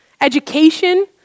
education